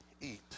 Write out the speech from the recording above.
eat